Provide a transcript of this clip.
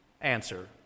Answer